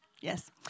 yes